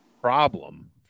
problem